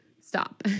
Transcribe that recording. stop